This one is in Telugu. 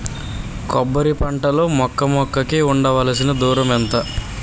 కొబ్బరి పంట లో మొక్క మొక్క కి ఉండవలసిన దూరం ఎంత